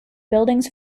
buildings